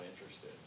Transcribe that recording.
interested